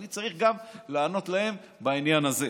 אני צריך גם לענות להם בעניין הזה.